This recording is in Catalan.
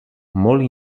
molt